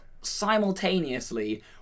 simultaneously